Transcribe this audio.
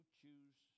choose